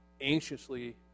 anxiously